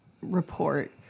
report